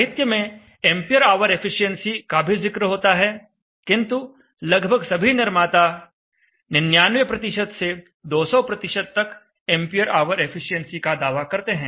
साहित्य में ampere hour efficiency का भी जिक्र होता है किंतु लगभग सभी निर्माता 99 से 200 तक एंपियर ऑवर एफिशिएंसी का दावा करते हैं